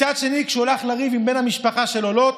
מצד שני, כשהוא הלך לריב עם בן המשפחה שלו לוט,